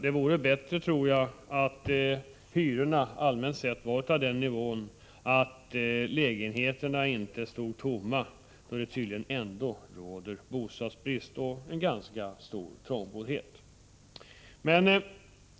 Det vore bättre, tror jag, att hyrorna allmänt sett hade den nivån att lägenheterna inte stod tomma, då det tydligen ändå råder bostadsbrist och ganska stor trångboddhet.